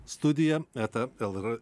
studija eta lr